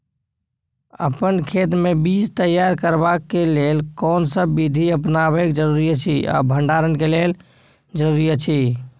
अपन खेत मे बीज तैयार करबाक के लेल कोनसब बीधी अपनाबैक जरूरी अछि आ भंडारण के लेल की जरूरी अछि?